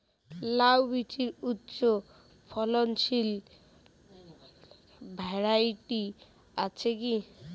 লাউ বীজের উচ্চ ফলনশীল ভ্যারাইটি আছে কী?